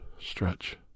stretch